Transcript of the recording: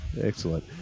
excellent